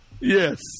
Yes